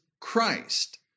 Christ